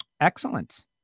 Excellent